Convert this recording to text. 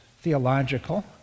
theological